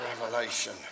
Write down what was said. Revelation